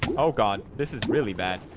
oh god this is really bad